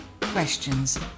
questions